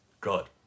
God